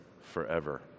forever